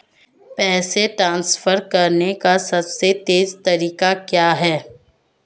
पैसे ट्रांसफर करने का सबसे तेज़ तरीका क्या है?